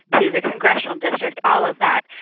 to the congressional district, all of that.